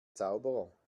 zauberer